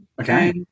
Okay